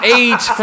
age